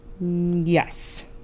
Yes